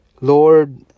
Lord